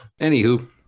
anywho